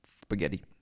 spaghetti